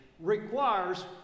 requires